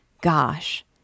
Gosh